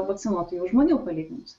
vakcinuotų jau žmonių palyginus